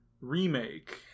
remake